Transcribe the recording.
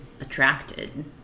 attracted